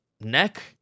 neck